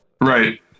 Right